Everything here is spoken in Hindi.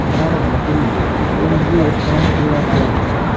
दृढ़ लकड़ी एंजियोस्पर्म पेड़ों से आती है